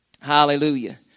Hallelujah